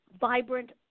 vibrant